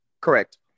Correct